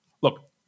Look